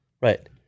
Right